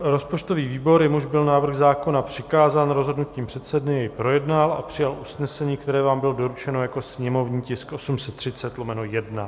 Rozpočtový výbor, jemuž byl návrh zákona přikázán rozhodnutím předsedy, jej projednal a přijal usnesení, které vám bylo doručeno jako sněmovní tisk 830/1.